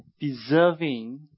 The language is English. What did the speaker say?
deserving